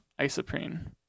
isoprene